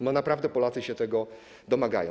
Naprawdę Polacy się tego domagają.